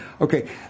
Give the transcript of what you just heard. okay